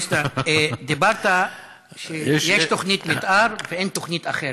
אמרת שיש תוכנית מתאר ואין תוכנית אחרת.